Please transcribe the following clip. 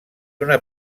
una